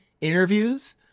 interviews